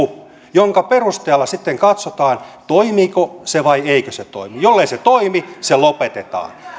jonka perusteella sitten katsotaan toimiiko se vai eikö se toimi jollei se toimi se lopetetaan